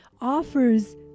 offers